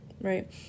right